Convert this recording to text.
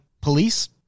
police